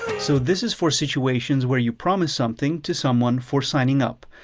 so this is for situations where you promise something to someone for signing up.